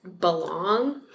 belong